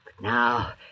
now